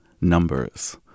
numbers